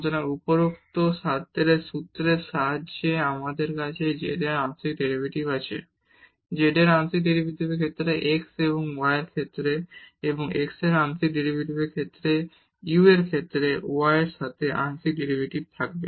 সুতরাং উপরোক্ত সূত্রের সাহায্যে আমাদের কাছে z এর আংশিক ডেরিভেটিভ আছে z এর আংশিক ডেরিভেটিভের ক্ষেত্রে x এবং y এর ক্ষেত্রে এবং x এর আংশিক ডেরিভেটিভের ক্ষেত্রে u এর ক্ষেত্রে y এর সাথে আংশিক ডেরিভেটিভ আবার